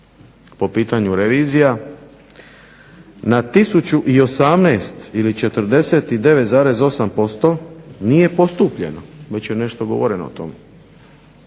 po pitanju revizija na 1018 ili 49,8% nije postupljeno. Već je nešto govoreno o tome.